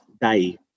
day